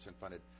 funded